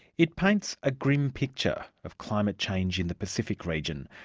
it paints a grim picture of climate change in the pacific region,